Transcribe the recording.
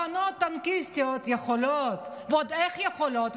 הבנות הטנקיסטיות יכולות, ועוד איך יכולות.